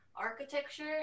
architecture